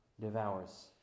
devours